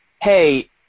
hey